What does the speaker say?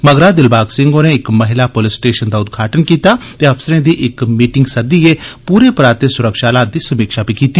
मगरा दिलबाग सिंह होरें इक महिला पुलस स्टेशन दा उदघाटन कीता ते अफसरें दी इक बैठक सदियै पूरे पराते सुरक्षा हालात दी समीक्षा बी कीती